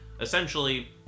Essentially